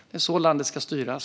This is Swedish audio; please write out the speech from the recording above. Det är så landet ska styras.